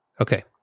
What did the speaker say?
Okay